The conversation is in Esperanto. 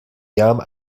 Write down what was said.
jam